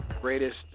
Greatest